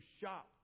shop